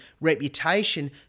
reputation